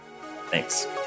Thanks